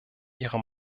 ihre